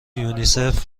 یونیسف